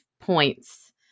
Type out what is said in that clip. points